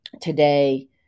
today